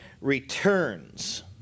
returns